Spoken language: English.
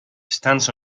stands